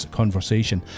conversation